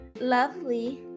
lovely